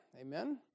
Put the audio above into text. Amen